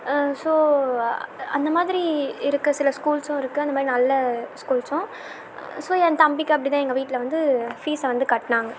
so அந்தமாதிரி இருக்க சில ஸ்கூல்ஸும் இருக்குது அந்தமாதிரி நல்ல ஸ்கூல்ஸும் ஸோ என் தம்பிக்கு அப்படிதான் எங்கள் வீட்டில் வந்து ஃபீஸை வந்து கட்டினாங்க